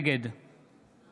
נגד